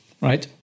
right